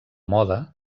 moda